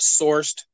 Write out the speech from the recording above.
sourced